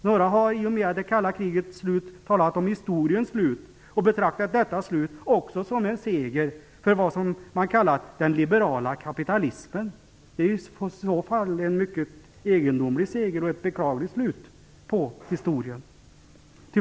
Några har i och med det kalla krigets slut talat om historiens slut och betraktat detta slut som en seger för vad man kallar "den liberala kapitalismen". Det är i så fall en mycket egendomlig seger och ett beklagligt slut på historien.